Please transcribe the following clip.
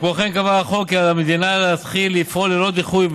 כמו כן קבע החוק כי על המדינה להתחיל לפעול ללא דיחוי,